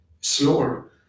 slower